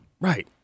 Right